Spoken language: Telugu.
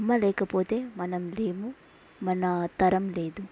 అమ్మ లేకపోతే మనం లేము మన తరం లేదు